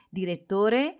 direttore